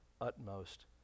utmost